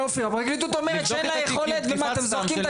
הפרקליטות אומרת שאין לה יכולת ואתם זורקים את